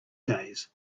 days